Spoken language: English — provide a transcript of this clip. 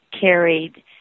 carried